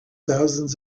thousands